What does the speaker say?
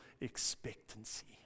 expectancy